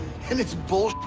and it's bull